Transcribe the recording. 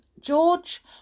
George